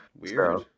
weird